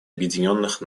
объединенных